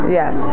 yes